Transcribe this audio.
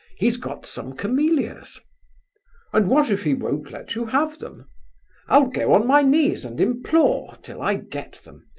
he's got some camellias and what if he won't let you have them i'll go on my knees and implore till i get them.